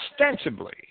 Ostensibly